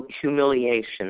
humiliation